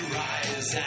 rise